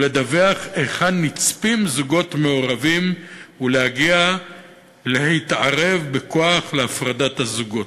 ולדווח היכן נצפים זוגות מעורבים ולהגיע להתערב בכוח להפרדת הזוגות.